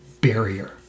barrier